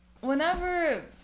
Whenever